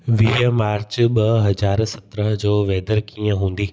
वीह मार्च ॿ हज़ार सत्रहं जो वेदर कीअं हूंदी